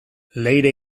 leire